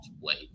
wait